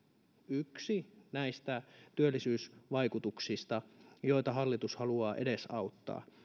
yksi näistä työllisyysvaikutuksista joita hallitus haluaa edesauttaa